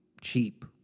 Cheap